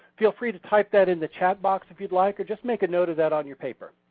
feel free to type that in the chat box if you'd like or just make a note of that on your paper.